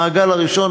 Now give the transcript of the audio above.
במעגל הראשון,